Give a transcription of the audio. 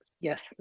Yes